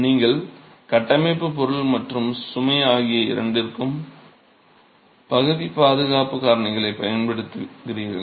நீங்கள் கட்டமைப்பு பொருள் மற்றும் சுமை ஆகிய இரண்டிற்கும் பகுதி பாதுகாப்பு காரணிகளைப் பயன்படுத்துகிறீர்கள்